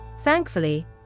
Thankfully